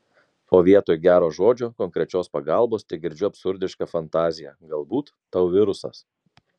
o vietoj gero žodžio konkrečios pagalbos tegirdžiu absurdišką fantaziją galbūt tau virusas